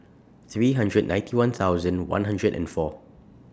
three hundred and ninety one thousand one hundred and four